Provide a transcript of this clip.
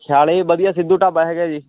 ਖਿਆਲੇ ਵਧੀਆ ਸਿੱਧੂ ਢਾਬਾ ਹੈਗਾ ਜੀ